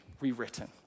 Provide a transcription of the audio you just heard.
rewritten